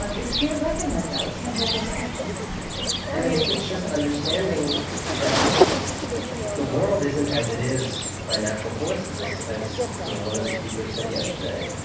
um we can't reckon with that. we can't hold those questions i think it's just understanding that the world isn't as it is by natural forces, as as you know one of the speakers said yesterday.